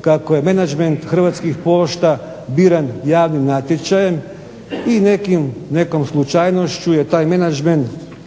kako je menadžment Hrvatskih pošta biran javnim natječajem i nekom slučajnošću je taj menadžmen